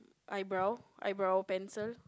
eyebrow eyebrow pencils